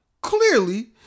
Clearly